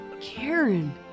Karen